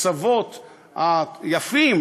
הקצוות היפים,